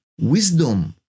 Wisdom